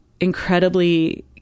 incredibly